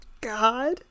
God